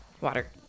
water